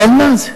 אבל מה זה?